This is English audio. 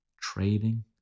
trading